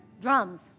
drums